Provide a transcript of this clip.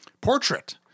portrait